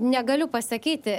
negaliu pasakyti